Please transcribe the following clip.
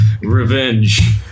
revenge